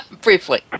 briefly